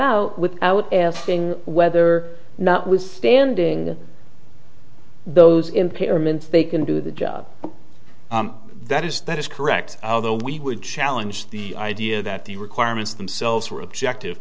out without asking whether or not withstanding those impairment they can do the job that is that is correct though we would challenge the idea that the requirements themselves were objective